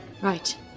Right